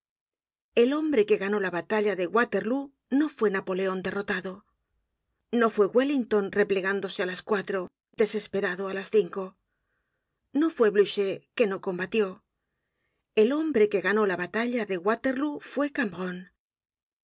el hombre que ganó la batalla de waterlóo no fue napoleon derrotado no fue wellington replegándose á las cuatro desesperado á las cinco no fue blucher que no combatió el hombre que ganó la batalla de waterlóo fue